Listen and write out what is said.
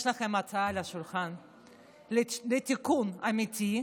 יש לכם הצעה על השולחן לתיקון אמיתי,